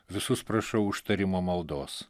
visus prašau užtarimo maldos